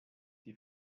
die